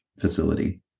facility